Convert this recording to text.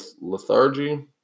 lethargy